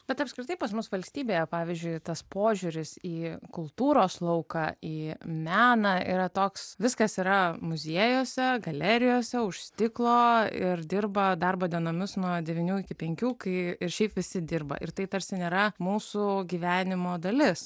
bet apskritai pas mus valstybėje pavyzdžiui tas požiūris į kultūros lauką į meną yra toks viskas yra muziejuose galerijose už stiklo ir dirba darbo dienomis nuo devynių iki penkių kai ir šiaip visi dirba ir tai tarsi nėra mūsų gyvenimo dalis